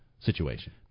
situation